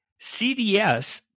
CDS